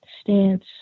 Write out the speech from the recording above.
stance